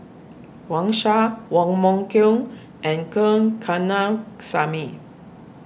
Wang Sha Wong Meng Voon and Gn Kanna Samy